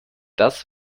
das